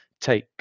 take